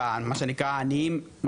העניים,